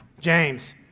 James